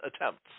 attempts